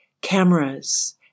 cameras